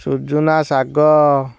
ସୁଜୁନା ଶାଗ